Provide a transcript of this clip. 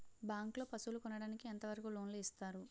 Bank లో పశువుల కొనడానికి ఎంత వరకు లోన్ లు ఇస్తారు?